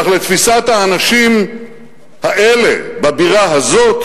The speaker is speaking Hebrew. אך לתפיסת האנשים האלה בבירה הזאת,